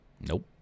Nope